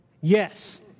Yes